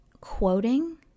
quoting